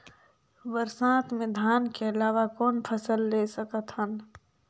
बरसात मे धान के अलावा कौन फसल ले सकत हन?